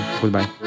Goodbye